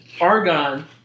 Argon